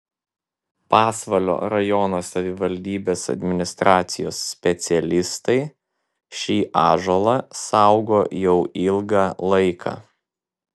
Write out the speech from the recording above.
pasvalio rajono savivaldybės administracijos specialistai šį ąžuolą saugo jau ilgą laiką